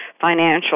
financial